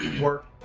work